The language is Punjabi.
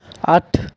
ਅੱਠ